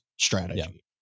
strategy